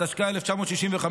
התשכ"ה 1965,